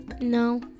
No